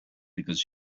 because